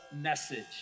message